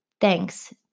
Thanks